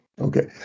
Okay